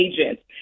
agents